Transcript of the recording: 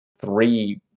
Three